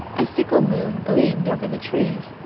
a sickle moon gleamed over the trees.